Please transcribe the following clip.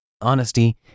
honesty